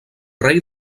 rei